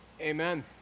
Amen